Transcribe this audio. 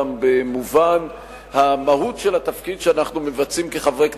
גם במובן המהות של התפקיד שאנחנו מבצעים כחברי כנסת,